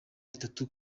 itatu